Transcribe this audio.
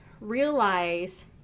realize